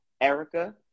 Erica